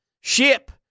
Ship